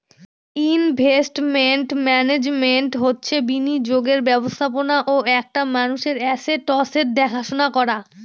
investment management হচ্ছে বিনিয়োগের ব্যবস্থাপনা ও একটা মানুষের আসেটসের দেখাশোনা করা